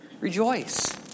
rejoice